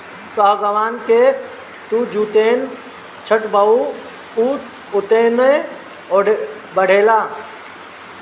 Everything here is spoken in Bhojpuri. सागवान के तू जेतने छठबअ उ ओतने बढ़ेला